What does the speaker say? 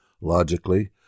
Logically